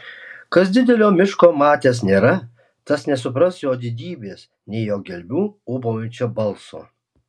kas didelio miško matęs nėra tas nesupras jo didybės nei jo gelmių ūbaujančio balso